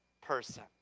person